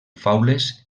faules